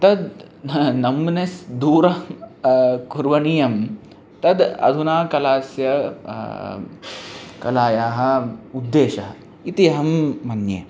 तद् ना नम्नेस् दूरः कुर्वनीयः तद् अधुना कलायाः कलायाः उद्देशः इति अहं मन्ये